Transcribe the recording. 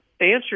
answer